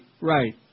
right